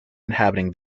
inhabiting